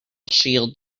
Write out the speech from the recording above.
shield